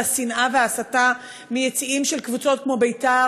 השנאה וההסתה מיציעים של קבוצות כמו בית"ר,